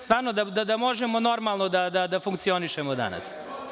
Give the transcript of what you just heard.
Stvarno, da možemo normalno da funkcionišemo danas.